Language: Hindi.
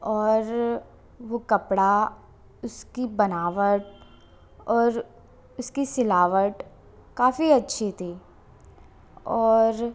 और वो कपड़ा उसकी बनावट और उसकी सिलावट काफ़ी अच्छी थी और